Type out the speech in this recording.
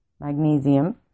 magnesium